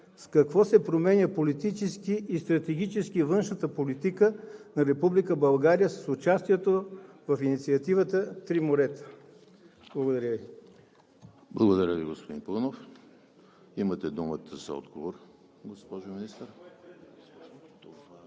с какво се променя политически и стратегически външната политика на Република България с участието в инициативата „Три морета“? Благодаря Ви. ПРЕДСЕДАТЕЛ ЕМИЛ ХРИСТОВ: Благодаря Ви, господин Паунов. Имате думата за отговор, госпожо Министър.